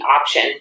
option